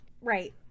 Right